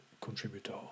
contributor